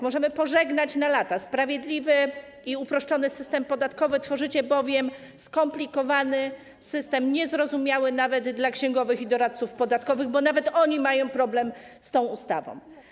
Możemy pożegnać na lata sprawiedliwy i uproszczony system podatkowy, tworzycie bowiem skomplikowany system, niezrozumiały nawet dla księgowych i doradców podatkowych, bo nawet oni mają problem z tą ustawą.